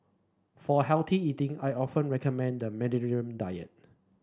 for healthy eating I often recommend the Mediterranean diet